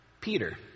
Peter